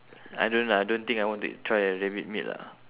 I don't lah I don't think I want to try a rabbit meat lah